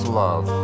love